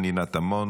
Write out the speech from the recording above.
פנינה תמנו,